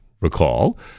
recall